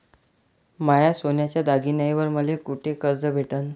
माया सोन्याच्या दागिन्यांइवर मले कुठे कर्ज भेटन?